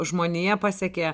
žmonija pasiekė